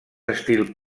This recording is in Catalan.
estil